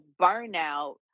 burnout